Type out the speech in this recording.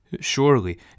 Surely